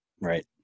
right